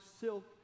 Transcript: silk